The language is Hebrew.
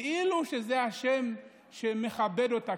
כאילו שזה השם שמכבד אותה,